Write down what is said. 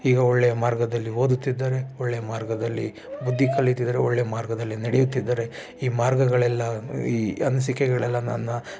ಈಗ ಒಳ್ಳೆಯ ಮಾರ್ಗದಲ್ಲಿ ಓದುತ್ತಿದ್ದಾರೆ ಒಳ್ಳೆ ಮಾರ್ಗದಲ್ಲಿ ಬುದ್ಧಿ ಕಲಿತಿದ್ದಾರೆ ಒಳ್ಳೆ ಮಾರ್ಗದಲ್ಲಿ ನಡೆಯುತ್ತಿದ್ದಾರೆ ಈ ಮಾರ್ಗಗಳೆಲ್ಲ ಈ ಅನಿಸಿಕೆಗಳೆಲ್ಲ ನನ್ನ